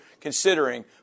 considering